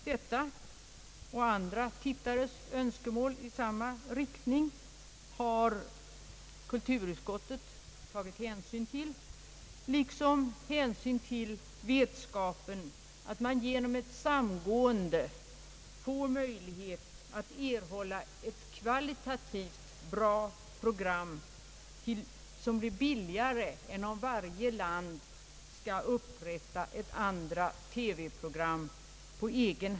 Detta och andra tittares önskemål i samma riktning har kultur utskottet tagit hänsyn till, liksom det även tagit hänsyn till vetskapen om att man genom ett samgående får möjlighet att erhålla ett kvalitativt bra program, som blir billigare än om varje land på egen hand skall upprätta ett andra TV-program.